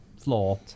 floor